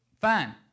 Fine